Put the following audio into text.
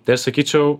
tai aš sakyčiau